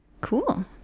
Cool